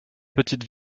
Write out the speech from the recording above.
petites